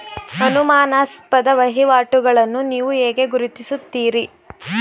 ಅನುಮಾನಾಸ್ಪದ ವಹಿವಾಟುಗಳನ್ನು ನೀವು ಹೇಗೆ ಗುರುತಿಸುತ್ತೀರಿ?